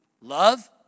love